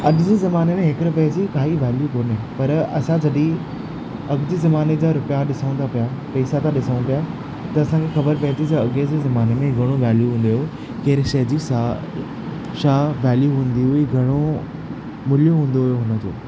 अॼ जे ज़माने में हिकु रुपे जी काई वेल्यू कोन्हे पर असां जॾहिं अॻिते ज़माने जा रुपया ॾिसूं था पिया पैसा था ॾिसूं पिया त असांखे ख़बरु पऐ थी जंहिं अॻे जे ज़माने में घणो वेल्यू हुओ कहिड़े शइ जी सा छा वेल्यू हूंदी हुई घणो मुल्य हूंदो हुओ हुन जो